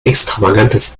extravagantes